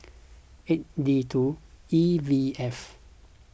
eight D two E V F